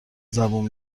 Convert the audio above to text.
زبون